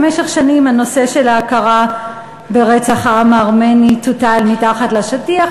במשך שנים הנושא של ההכרה ברצח העם הארמני טואטא אל מתחת לשטיח,